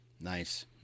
Nice